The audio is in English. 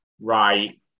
right